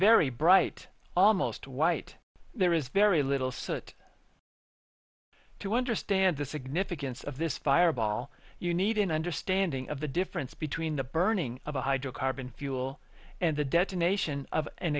very bright almost white there is very little so it to understand the significance of this fireball you need an understanding of the difference between the burning of a hydrocarbon fuel and the detonation of an